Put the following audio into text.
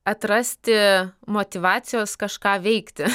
atrasti motyvacijos kažką veikti